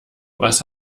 was